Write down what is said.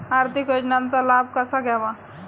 आर्थिक योजनांचा लाभ कसा घ्यावा?